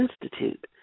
Institute